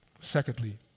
secondly